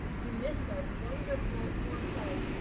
you missed our wonderful, oh i'm sorry.